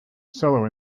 solo